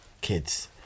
kids